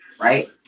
Right